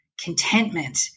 contentment